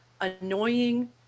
annoying